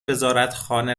وزارتخانه